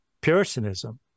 puritanism